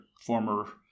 former